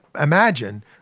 imagine